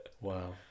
Wow